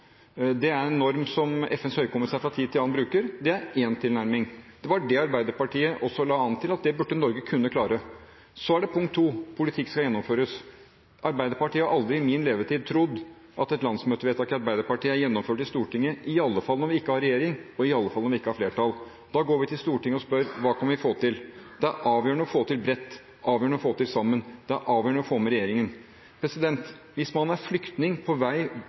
norm som FNs høykommissær fra tid til annen bruker, det er én tilnærming. Det var det Arbeiderpartiet også la an til at Norge burde kunne klare. Politikk skal gjennomføres. Arbeiderpartiet har aldri i min levetid trodd at et landsmøtevedtak i Arbeiderpartiet blir gjennomført i Stortinget, i alle fall ikke når vi ikke er i regjering, og i alle fall ikke når vi ikke har flertall. Da går vi til Stortinget og spør: Hva kan vi få til? Det er avgjørende å få til noe bredt. Det er avgjørende å få til noe sammen. Det er avgjørende å få med regjeringen. Hvis man er flyktning på